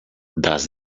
does